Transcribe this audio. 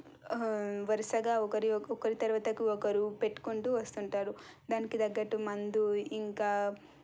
వరుసగా ఒకరి ఒక్కొక్కరి తర్వాతకి ఒకరు పెట్టుకుంటూ వస్తుంటారు దానికి తగ్గట్టు మందు ఇంకా